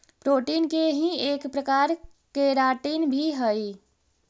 protein के ही एक प्रकार केराटिन भी हई